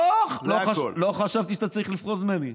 לא חשבתי שאתה צריך לפחד ממני.